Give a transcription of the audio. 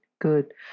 Good